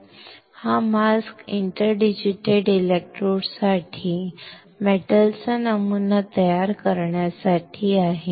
हा mask interdigitated electrode साठी धातूचा नमुना तयार करण्यासाठी आहे